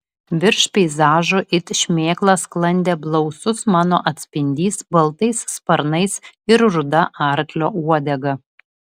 virš peizažo it šmėkla sklandė blausus mano atspindys baltais sparnais ir ruda arklio uodega